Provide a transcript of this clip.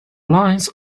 lines